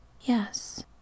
Yes